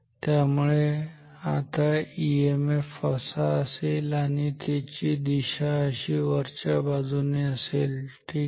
त्यामुळे आता ईएमएफ असा असेल आणि त्याची दिशा अशी वरच्या बाजूने असेल ठीक आहे